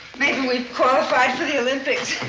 maybe we've qualified for the olympics.